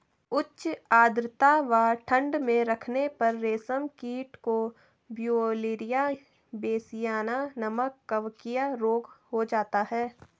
उच्च आद्रता व ठंड में रखने पर रेशम कीट को ब्यूवेरिया बेसियाना नमक कवकीय रोग हो जाता है